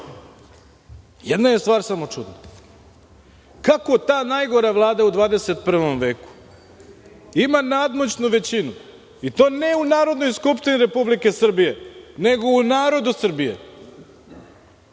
Jedna je stvar samo čudna, kako ta najgora Vlada u 21. veku ima nadmoćnu većinu i to ne u Narodnoj skupštini Republike Srbije, nego u narodu Srbije.